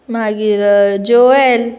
मागीर जोयेल